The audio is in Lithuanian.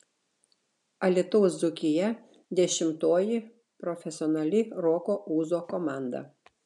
alytaus dzūkija dešimtoji profesionali roko ūzo komanda